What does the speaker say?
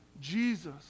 Jesus